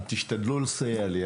שוב, תשתדלו לסייע לי.